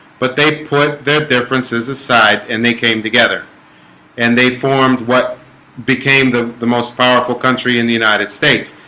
but they put their differences aside and they came together and they formed what became the the most powerful country in the united states